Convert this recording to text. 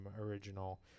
original